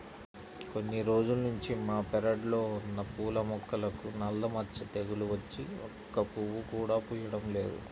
కొన్ని రోజుల్నుంచి మా పెరడ్లో ఉన్న పూల మొక్కలకు నల్ల మచ్చ తెగులు వచ్చి ఒక్క పువ్వు కూడా పుయ్యడం లేదు